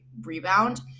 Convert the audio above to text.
rebound